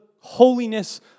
holiness